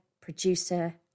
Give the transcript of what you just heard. producer